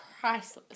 priceless